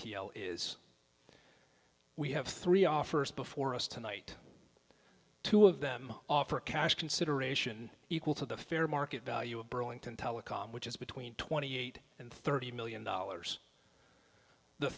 is we have three our first before us tonight two of them offer a cash consideration equal to the fair market value of burlington telecom which is between twenty eight and thirty million dollars the